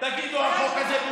אנחנו עושים תקבלו את האומץ שלכם,